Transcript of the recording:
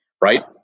right